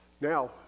Now